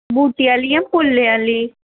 बूह्टें आह्लियां जां फुल्लें आह्ली